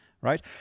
right